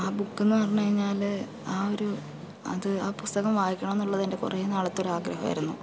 ആ ബുക്കെന്ന് പറഞ്ഞ് കഴിഞ്ഞാല് ആ ഒരു അത് ആ പുസ്തകം വായിക്കണമെന്നുള്ളത് എൻ്റെ കുറെ നാളത്തെ ഒരാഗ്രഹമായിരുന്നു